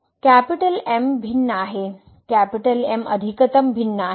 तर M भिन्न आहे M अधिकतम भिन्न आहे